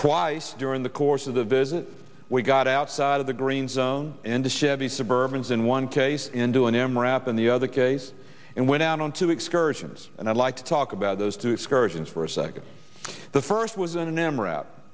twice during the course of the visit we got outside of the green zone and a chevy suburban is in one case into an m r i and the other case and went out on to excursions and i'd like to talk about those two excursions for a second the first was an m rap